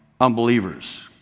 unbelievers